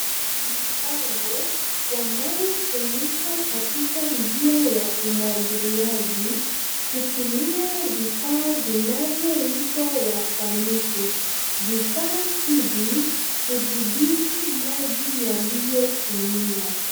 Mabango, yanayotumika katika njia ya umwangiliaji, hutumia vifaa vinavyoitwa wasanifu. Vifaa hivi, hudhibiti maji yaliotumiwa.